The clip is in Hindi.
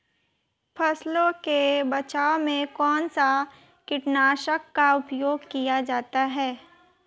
फसलों के बचाव में कौनसा कीटनाशक का उपयोग किया जाता है?